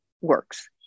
works